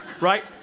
right